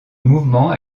mouvement